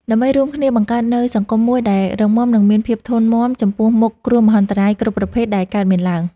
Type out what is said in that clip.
ដើម្បីរួមគ្នាបង្កើតនូវសង្គមមួយដែលរឹងមាំ និងមានភាពធន់មាំចំពោះមុខគ្រោះមហន្តរាយគ្រប់ប្រភេទដែលកើតមានឡើង។